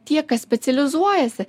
tie kas specializuojasi